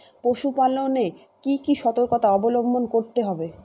পশুপালন এ কি কি সর্তকতা অবলম্বন করতে হবে?